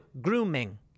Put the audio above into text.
Grooming